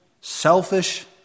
selfish